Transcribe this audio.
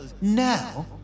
now